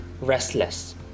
restless